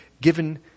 given